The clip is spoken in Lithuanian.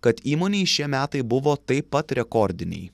kad įmonei šie metai buvo taip pat rekordiniai